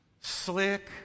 slick